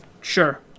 Sure